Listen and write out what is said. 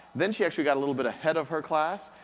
then she actually got a little bit ahead of her class.